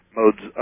modes